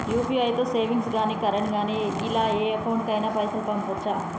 UPI తో savings గాని current గాని ఇలా ఏ అకౌంట్ కైనా పైసల్ పంపొచ్చా?